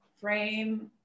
frame